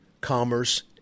commerce